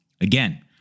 Again